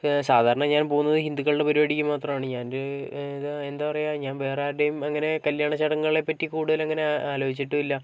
സാധാരണ ഞാന് പോകുന്നത് ഹിന്ദുക്കളുടെ പരിപാടിക്ക് മാത്രമാണ് ഞാനൊരു അത് എന്താ പറയുക ഞാന് വേറൊരാളുടെയും അങ്ങനെ കല്യാണ ചടങ്ങുകളെ പറ്റി കൂടുതൽ അങ്ങനെ ആലോചിച്ചിട്ടുമില്ല